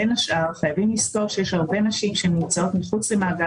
בין השאר חייבים לזכור הרבה נשים שמוצאות מחוץ למעגל